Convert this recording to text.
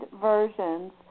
versions